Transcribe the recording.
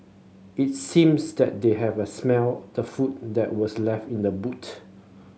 it seems that they have a smelt the food that were left in the boot